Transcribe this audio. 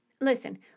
Listen